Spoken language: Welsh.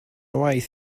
waith